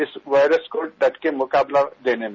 इस वायरस को डट का मुकाबला देने में